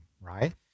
right